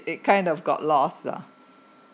it kind of got lost lah